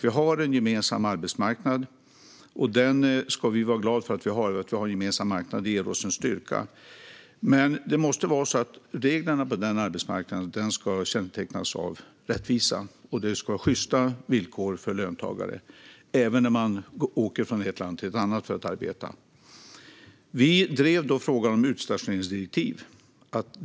Vi har en gemensam arbetsmarknad, och det ska vi vara glada för. Det ger oss styrka. Men reglerna på den arbetsmarknaden måste kännetecknas av rättvisa och ha sjysta villkor för löntagare - även när man åker från ett land till ett annat för att arbeta. Vi drev frågan om utstationeringsdirektiv.